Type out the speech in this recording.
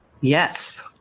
yes